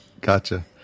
Gotcha